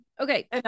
okay